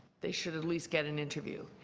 they should at least get an interview.